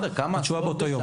התשובה באותו יום.